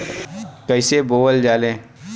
कईसे बोवल जाले?